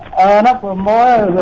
and lamar